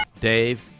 Dave